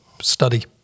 study